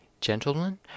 Gentlemen